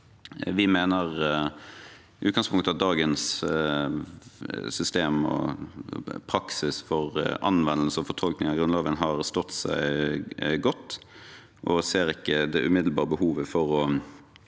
Vi mener i utgangspunktet at dagens system og praksis for anvendelse og fortolkning av Grunnloven har stått seg godt og ser ikke det umiddelbare behovet for å